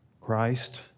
Christ